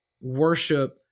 worship